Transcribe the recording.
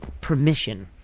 permission